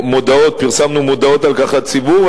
שפרסמנו מודעות על כך לציבור,